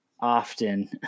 often